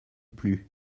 plus